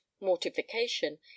mortification